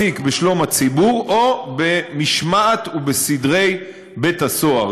בשלום הציבור או במשמעת ובסדרי בית-הסוהר.